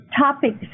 topics